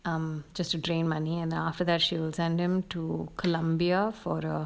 um just a drain money enough after that she will send him to colombia for err